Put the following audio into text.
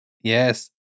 Yes